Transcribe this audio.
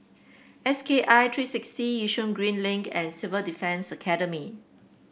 S K I three sixty Yishun Green Link and Civil Defence Academy